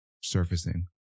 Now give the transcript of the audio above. surfacing